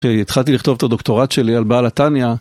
כשהתחלתי לכתוב את הדוקטורט שלי על בעל התניה.